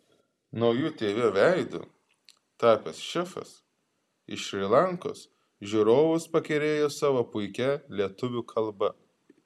nauju tv veidu tapęs šefas iš šri lankos žiūrovus pakerėjo savo puikia lietuvių kalba